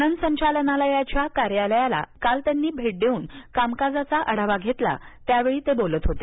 पणन संचालनालयाच्या कार्यालयाला काल त्यांनी भेट देऊन कामकाजाचा आढावा घेतला त्यावेळी ते बोलत होते